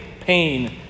pain